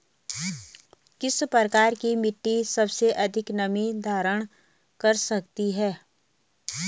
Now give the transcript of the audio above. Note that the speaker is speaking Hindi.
किस प्रकार की मिट्टी सबसे अधिक नमी धारण कर सकती है?